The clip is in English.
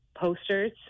posters